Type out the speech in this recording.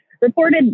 reported